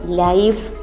life